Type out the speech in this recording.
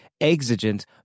exigent